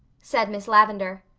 said miss lavendar,